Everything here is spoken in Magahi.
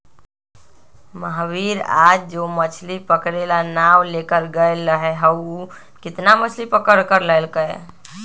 महावीर आज जो मछ्ली पकड़े ला नाव लेकर गय लय हल ऊ कितना मछ्ली पकड़ कर लल कय?